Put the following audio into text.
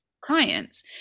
clients